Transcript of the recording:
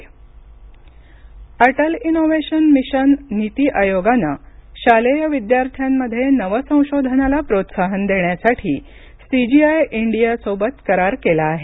नीती Aayog Atal innovation mission NITI आयोगानं शालेय विद्यार्थ्यांमध्ये नवसंशोधनाला प्रोत्साहन देण्यासाठी सीजीआय इंडिया सोबत करार केला आहे